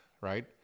right